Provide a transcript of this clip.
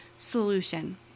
solution